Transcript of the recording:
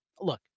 Look